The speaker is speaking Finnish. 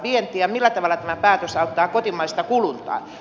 millä tavalla tämä päätös auttaa kotimaista kulutusta